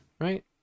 right